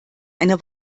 eine